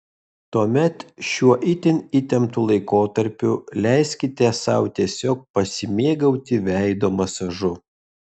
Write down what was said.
tuomet šiuo itin įtemptu laikotarpiu leiskite sau tiesiog pasimėgauti veido masažu